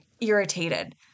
irritated